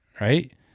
right